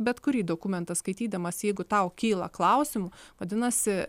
bet kurį dokumentą skaitydamas jeigu tau kyla klausimų vadinasi